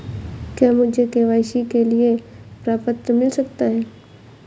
क्या मुझे के.वाई.सी के लिए प्रपत्र मिल सकता है?